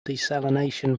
desalination